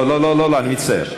לא, לא, לא, אני מצטער.